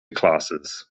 classes